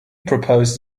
proposed